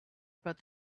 about